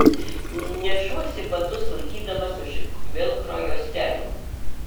nešuosi batus laikydamas už velkro juostelių